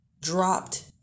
dropped